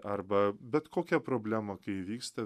arba bet kokia problema kai įvyksta